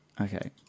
Okay